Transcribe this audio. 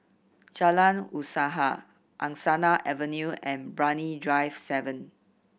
Jalan Usaha Angsana Avenue and Brani Drive Seven